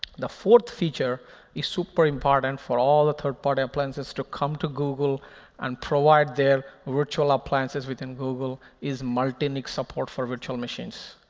the fourth feature is super important for all the third party appliances to come to google and provide their virtual appliances within google is multi-nic support for virtual machines.